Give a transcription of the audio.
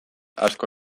asko